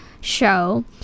Show